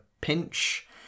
pinch